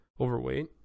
overweight